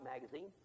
magazine